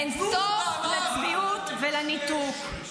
אין סוף לצביעות לניתוק.